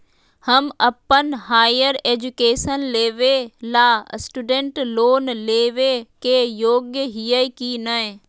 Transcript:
हम अप्पन higher education लेबे ला स्टूडेंट लोन लेबे के योग्य हियै की नय?